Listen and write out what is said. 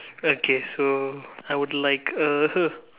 okay so I would like a